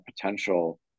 potential